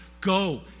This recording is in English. go